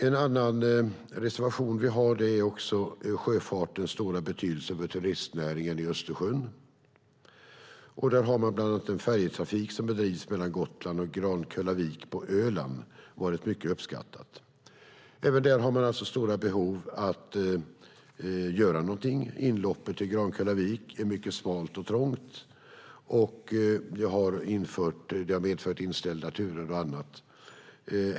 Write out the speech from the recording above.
En annan reservation vi har gäller sjöfartens stora betydelse för turistnäringen i Östersjön. Där bedrivs bland annat färjetrafik mellan Gotland och Grankullavik på Öland som har varit mycket uppskattad. Även där har man stora behov av att göra någonting. Inloppet till Grankullavik är mycket smalt och trångt, och det har medfört inställda turer och annat.